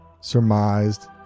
surmised